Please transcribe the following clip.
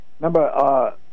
remember